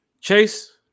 Chase